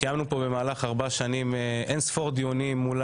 קיימנו פה במהלך ארבע שנים אין ספור דיונים מול